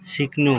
सिक्नु